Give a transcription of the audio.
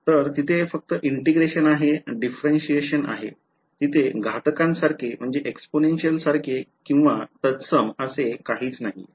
तर तिथे फक्त integration आहे differentiation आहे तिथे घातांकासारखे किंवा तत्सम असे काहीच फॅन्सी नाहीये